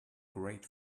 great